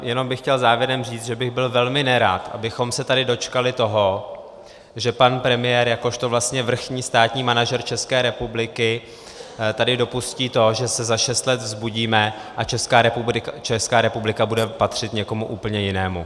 Jen bych chtěl závěrem říct, že bych byl velmi nerad, abychom se tady dočkali toho, že pan premiér jakožto vlastně vrchní státní manažer České republiky tady dopustí to, že se za šest let vzbudíme a Česká republika bude patřit někomu úplně jinému.